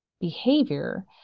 behavior